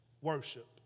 worship